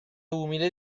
umile